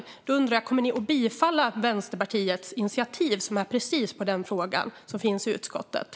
Därför är min sista fråga: Kommer Moderaterna att bifalla Vänsterpartiets initiativ i utskottet, som handlar om precis den frågan?